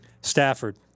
Stafford